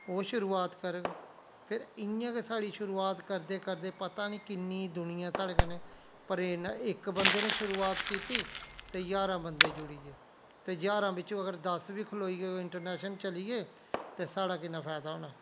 ओह् शुरुआत करग फिर इयां गै साढ़ी शुरुआत करदे करदे पता नी किन्नी दुनियां साढ़े कन्नै प्ररेणा इक बंदे ने शुरुआत कीती ते ज्हारां बंदे जुड़ी गे ते ज्हारां बिच्चा अगर दस बी खलोई गै इंटरनेशनल चली गे ते साढ़ा किन्ना फायदा होना